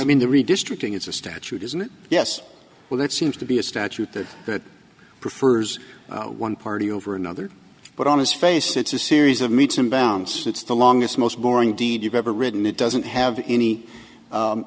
i mean the redistricting is a statute isn't it yes well it seems to be a statute that prefers one party over another but on his face it's a series of meets and bounce it's the longest most boring deed you've ever written it doesn't have any